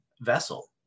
vessel